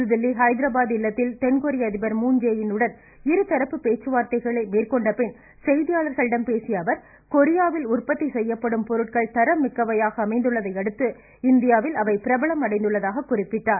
புதுதில்லி ஹைதராபாத் இல்லத்தில் தென்கொரிய அதிபர் மூன் ஜே பேச்சுவார்த்தைகளை இன்றைன் இருதரப்பு செய்தியாளர்களிடம் பேசிய அவர் கொரியாவில் உற்பத்தி செய்யப்படும் பொருட்கள் தரம் மிக்கவையாக அமைந்துள்ளதையடுத்து இந்தியாவில் அவை பிரபலம் அடைந்துள்ளதாக குறிப்பிட்டார்